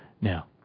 Now